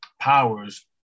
powers